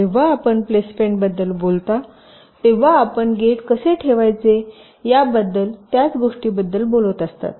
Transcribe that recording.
जेव्हा आपण प्लेसमेंटबद्दल बोलता तेव्हा आपण गेट कसे ठेवायचे याबद्दल त्याच गोष्टीबद्दल बोलत असता